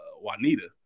Juanita